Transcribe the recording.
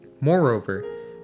Moreover